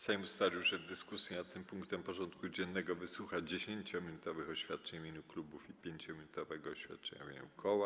Sejm ustalił, że w dyskusji nad tym punktem porządku dziennego wysłucha 10-minutowych oświadczeń w imieniu klubów i 5-minutowego oświadczenia w imieniu koła.